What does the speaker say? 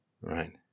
Right